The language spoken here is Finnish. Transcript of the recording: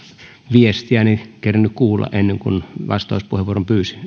viestiäni kerennyt kuulla ennen kuin vastauspuheenvuoron pyysi